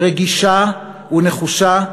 רגישה ונחושה,